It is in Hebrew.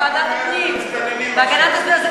לוועדת הפנים והגנת הסביבה.